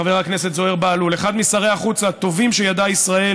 חבר הכנסת זוהיר בהלול: אחד משרי החוץ הטובים שידעה ישראל